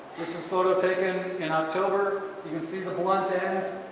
this is photo taken in october you can see the blunt ends,